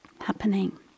happening